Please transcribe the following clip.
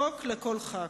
חוק לכל ח"כ.